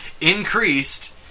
increased